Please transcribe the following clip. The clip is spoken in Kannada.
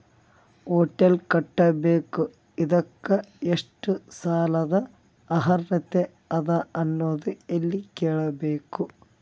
ಹೊಟೆಲ್ ಕಟ್ಟಬೇಕು ಇದಕ್ಕ ಎಷ್ಟ ಸಾಲಾದ ಅರ್ಹತಿ ಅದ ಅನ್ನೋದು ಎಲ್ಲಿ ಕೇಳಬಹುದು?